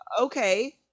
okay